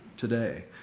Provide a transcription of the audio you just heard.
today